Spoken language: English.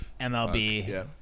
MLB